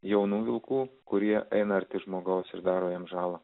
jaunų vyrukų kurie eina arti žmogaus ir daro jiems žalą